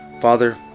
Father